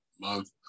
Month